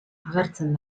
agertzen